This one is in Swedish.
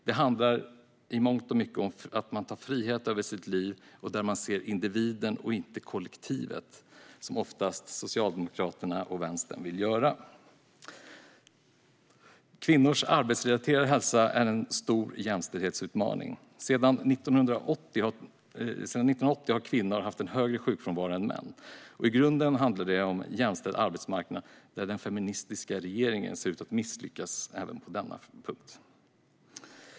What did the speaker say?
Detta handlar i mångt och mycket om att ha frihet över sitt liv, där man ser individen och inte kollektivet, vilket Socialdemokraterna och Vänstern oftast vill göra. Kvinnors arbetsrelaterade hälsa är en stor jämställdhetsutmaning. Sedan 1980 har kvinnor haft en högre sjukfrånvaro än män. I grunden handlar detta om ha en jämställd arbetsmarknad, och den feministiska regeringen ser ut att misslyckas även på denna punkt.